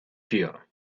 here